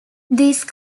these